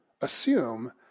assume